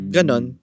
Ganon